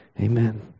Amen